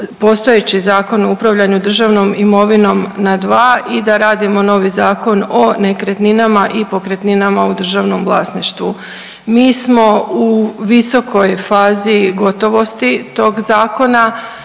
postojeći Zakon o upravljanju državnom imovinom na dva i da radimo novi Zakon o nekretninama i pokretninama u državnom vlasništvu. Mi smo u visokoj fazi gotovosti tog zakona,